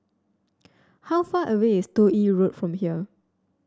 how far away is Toh Yi Road from here